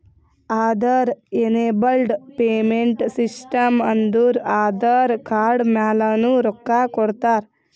Aadhaar enabled payment system ಅಂದುರ್ Aadhaar card ಮ್ಯಾಲನು ರೊಕ್ಕಾ ಕೊಡ್ತಾರ